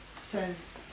says